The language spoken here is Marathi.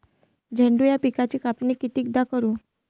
झेंडू या पिकाची कापनी कितीदा करू?